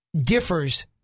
differs